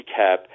recap